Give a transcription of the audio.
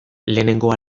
lehenengo